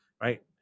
right